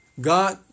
God